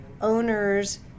owners